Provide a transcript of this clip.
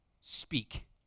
speak